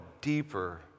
deeper